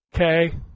Okay